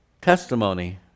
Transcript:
testimony